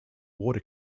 water